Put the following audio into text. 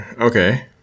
Okay